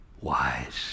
wise